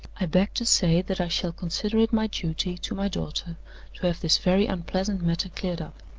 i beg to say that i shall consider it my duty to my daughter to have this very unpleasant matter cleared up.